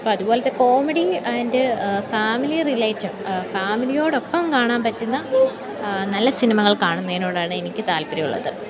അപ്പം അതുപോലെത്തെ comedy and family related ഫാമിലിയോടൊപ്പം കാണാൻ പറ്റുന്ന നല്ല സിനിമകൾ കാണുന്നതിനോടാണ് എനിക്ക് താല്പര്യമുള്ളത്